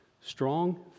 Strong